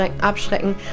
abschrecken